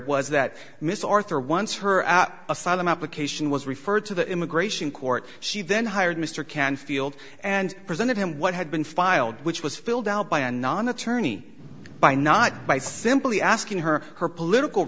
was that mrs arthur once her asylum application was referred to the immigration court she then hired mr canfield and presented him what had been filed which was filled out by a non attorney by not by simply asking her her political